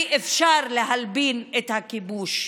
אי-אפשר להלבין את הכיבוש.